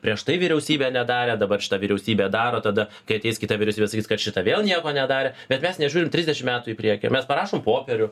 prieš tai vyriausybė nedarė dabar šita vyriausybė daro tada kai ateis kita vyriausybė sakys kad šita vėl nieko nedarė bet mes nežiūrim trisdešim metų į priekį mes parašom popierių